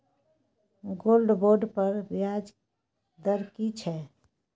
Gold bond पर ब्याज दर की छै?